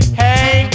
hey